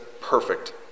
perfect